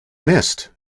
missed